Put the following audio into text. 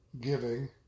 giving